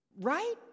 Right